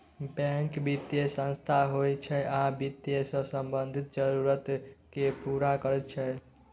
bank बित्तीय संस्थान होइ छै आ बित्त सँ संबंधित जरुरत केँ पुरा करैत छै